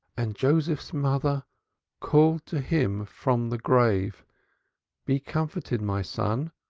and joseph's mother called to him from the grave be comforted, my son,